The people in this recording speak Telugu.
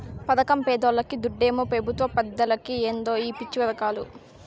పదకం పేదోల్లకి, దుడ్డేమో పెబుత్వ పెద్దలకి ఏందో ఈ పిచ్చి పదకాలు